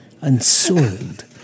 unsoiled